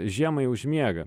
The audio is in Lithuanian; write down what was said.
žiemai užmiega